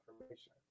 information